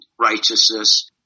righteousness